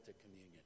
communion